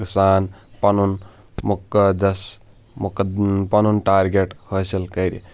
سان پَنُن مُقدس پَنُن ٹارگٮ۪ٹ حٲصِل کرِ